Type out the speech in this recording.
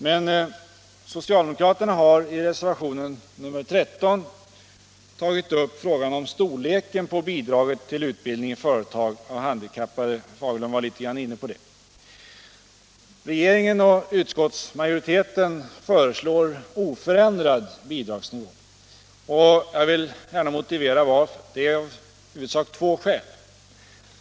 Men socialdemokraterna har i reservation nr 13 tagit upp frågan om storleken på bidraget till utbildning i företag av handikappade, och jag vill något kommentera det. Regeringen och utskottsmajoriteten föreslår oförändrad bidragsnivå. Jag vill gärna motivera detta. Det är i huvudsak av två skäl.